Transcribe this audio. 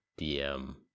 DM